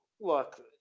look